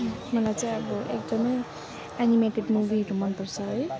मलाई चाहिँ अब एकदमै एनिमेटेड मुवीहरू मनपर्छ है